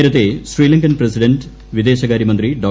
നേരത്തെ ശ്രീലങ്കൻ പ്രസിഡന്റ് വിദേശകാര്യമന്ത്രി ഡോ